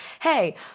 hey